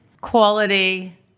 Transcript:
quality